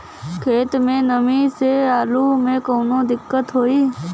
खेत मे नमी स आलू मे कऊनो दिक्कत होई?